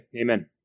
Amen